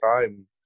time